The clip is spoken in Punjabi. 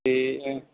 ਅਤੇ